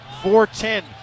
4-10